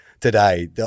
today